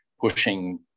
pushing